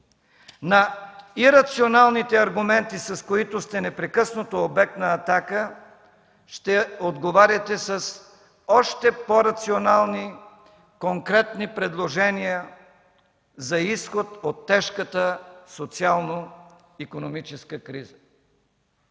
На ирационалните аргументи, с които непрекъснато сте обект на атака, ще отговаряте с още по-рационални, конкретни предложения за изход от тежката социално-икономическа криза.